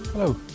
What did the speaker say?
Hello